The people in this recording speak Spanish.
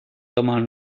toman